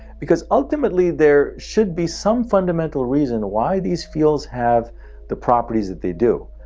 because ultimately there should be some fundamental reason why these fields have the properties that they do.